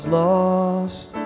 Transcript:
lost